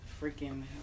freaking